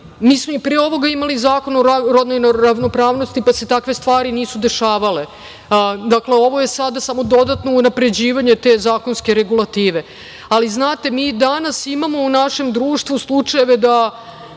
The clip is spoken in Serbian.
smo mi pre ovoga imali Zakon o rodnoj ravnopravnosti, pa se takve stvari nisu dešavale. Ovo je sada samo dodatno unapređivanje te zakonske regulative. Znate, mi i danas imamo u našem društvu slučajeve da